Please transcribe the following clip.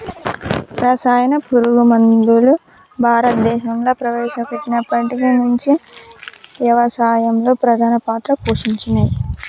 రసాయన పురుగు మందులు భారతదేశంలా ప్రవేశపెట్టినప్పటి నుంచి వ్యవసాయంలో ప్రధాన పాత్ర పోషించినయ్